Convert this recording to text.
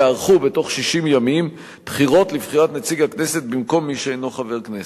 ייערכו בתוך 60 ימים בחירות לבחירת נציג הכנסת במקום מי שאינו חבר כנסת.